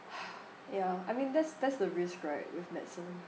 ya I mean that's that's the risk right with medicine